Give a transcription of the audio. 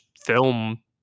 film